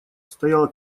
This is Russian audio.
стояла